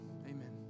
amen